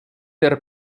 der